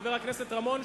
חבר הכנסת רמון,